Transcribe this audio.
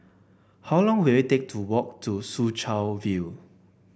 how long will it take to walk to Soo Chow View